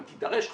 אם תידרש חפיפה,